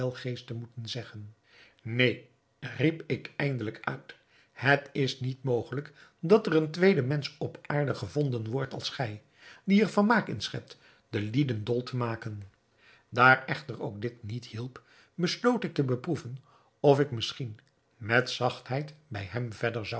kwelgeest te moeten zeggen neen riep ik eindelijk uit het is niet mogelijk dat er een tweede mensch op aarde gevonden wordt als gij die er vermaak in schept de lieden dol te maken daar echter ook dit niet hielp besloot ik te beproeven of ik misschien met zachtheid bij hem verder